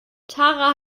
tara